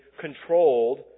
controlled